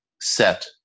set